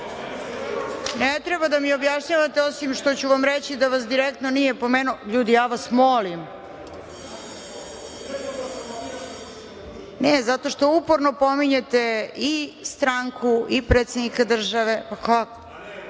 Ne treba da nam objašnjavate, osim što ću vam reći da vas direktno nije pomenuo. Ne, zato što uporno pominjete i stranku i predsednika države.